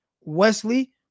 Wesley